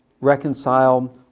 reconcile